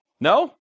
No